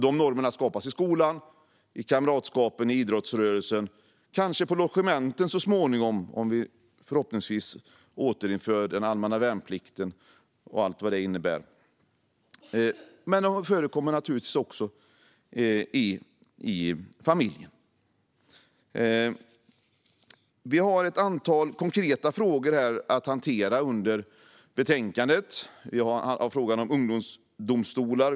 De normerna skapas i skolan, i kamratskapet, i idrottsrörelsen, så småningom kanske också på logementen, om vi förhoppningsvis återinför den allmänna värnplikten, och de förekommer naturligtvis också i familjen. Det finns ett antal konkreta frågor att hantera i betänkandet. Där finns frågan om ungdomsdomstolar.